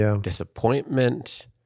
disappointment